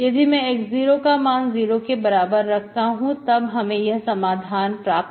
यदि मैं x0 का मान 0 के बराबर रखता हूं तब हमें यह समाधान प्राप्त होगा